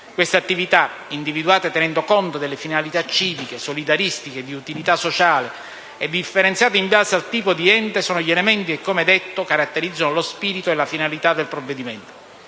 Queste attività, individuate tenendo conto delle finalità civiche, solidaristiche e di utilità sociale e differenziate in base al tipo di ente, sono gli elementi che, come detto, caratterizzano lo spirito e la finalità del provvedimento.